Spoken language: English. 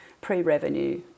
pre-revenue